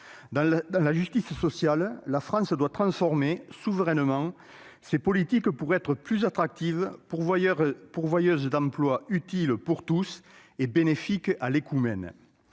de justice sociale, elle doit transformer souverainement ses politiques pour être plus attractive, pourvoyeuse d'emplois utiles et bénéfiques à l'écoumène.